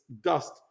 dust